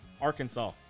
Arkansas